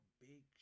big